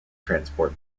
transport